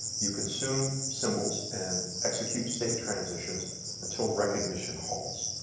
you consume symbols and execute state transitions until recognition halts.